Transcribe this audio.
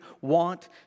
want